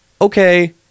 okay